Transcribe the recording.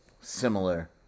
similar